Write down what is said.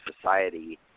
society